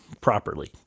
properly